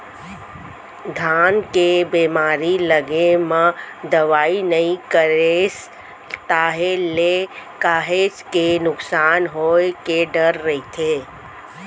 धान के बेमारी लगे म दवई नइ करेस ताहले काहेच के नुकसान होय के डर रहिथे